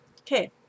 Okay